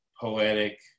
poetic